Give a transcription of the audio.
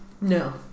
No